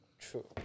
True